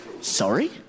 Sorry